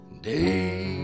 Day